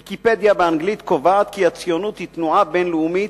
"ויקיפדיה" באנגלית קובעת כי הציונות היא תנועה בין-לאומית,